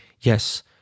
yes